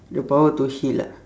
the power to heal ah